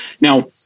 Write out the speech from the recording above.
now